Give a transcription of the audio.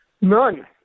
None